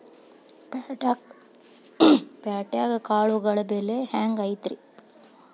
ಪ್ಯಾಟ್ಯಾಗ್ ಕಾಳುಗಳ ಬೆಲೆ ಹೆಂಗ್ ಐತಿ?